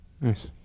Nice